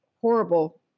horrible